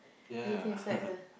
everything inside the